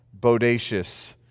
bodacious